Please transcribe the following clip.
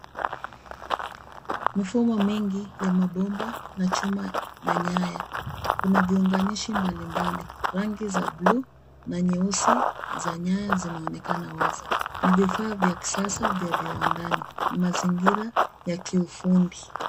Mfumo mengi ya mapomba na chuma na nyaya. Kuna viunganishi mbali mbali, rangi za bluu na nyeusi za nyaya zinaonekana wazi. Ni vifaa vya kisasa vya viwandani. Ni mazingira ya kiufundi.